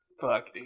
Fuck